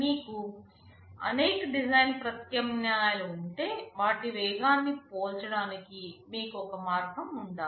మీకు అనేక డిజైన్ ప్రత్యామ్నాయాలు ఉంటే వాటి వేగాన్ని పోల్చడానికి మీకు ఒక మార్గం ఉండాలి